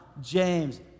James